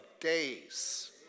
days